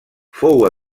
fou